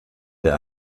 der